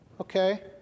Okay